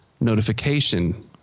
notification